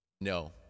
no